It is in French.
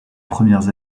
premières